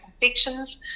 infections